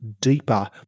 deeper